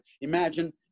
Imagine